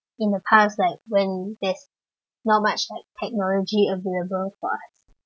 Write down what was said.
in the past like when there's not much like technology available for us